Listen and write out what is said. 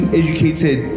educated